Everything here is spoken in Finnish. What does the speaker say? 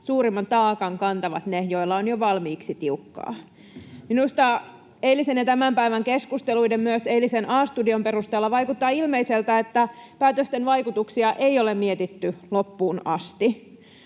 suurimman taakan kantavat ne, joilla on jo valmiiksi tiukkaa. Minusta eilisen ja tämän päivän keskusteluiden, myös eilisen A-studion perusteella vaikuttaa ilmeiseltä, että päätösten vaikutuksia ei ole mietitty loppuun asti.